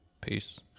Peace